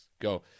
go